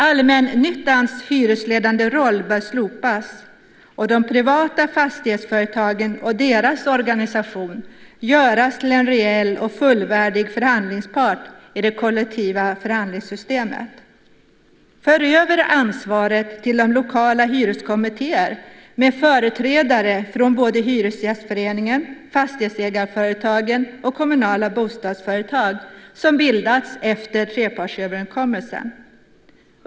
Allmännyttans hyresledande roll bör slopas och de privata fastighetsföretagen och deras organisation göras till en reell och fullvärdig förhandlingspart i det kollektiva förhandlingssystemet. För över ansvaret till de lokala hyreskommittéer, med företrädare från både hyresgästföreningen, fastighetsägarföretagen och kommunala bostadsföretag, som bildats efter trepartsöverenskommelsen.